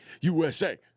USA